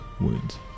Wounds